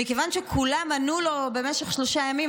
מכיוון שכולם ענו לו במשך שלושה ימים,